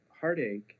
heartache